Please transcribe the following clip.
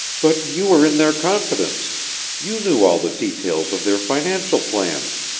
but you were in their confidence you knew all the details of their financial plans,